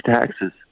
taxes